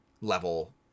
level